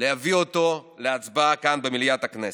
להביא אותו להצבעה כאן במליאת הכנסת.